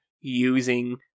using